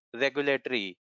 regulatory